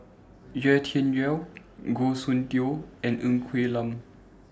Yau Tian Yau Goh Soon Tioe and Ng Quee Lam